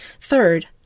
Third